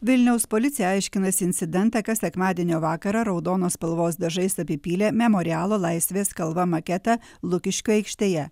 vilniaus policija aiškinasi incidentą kas sekmadienio vakarą raudonos spalvos dažais apipylė memorialo laisvės kalva maketą lukiškių aikštėje